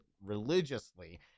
religiously